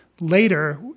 later